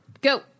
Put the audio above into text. go